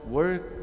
work